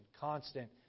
constant